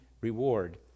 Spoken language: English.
reward